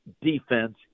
defense